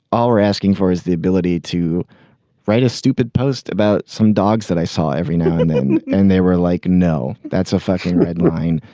all we're asking for is the ability to write a stupid post about some dogs that i saw every now and then and they were like no that's a fucking red line.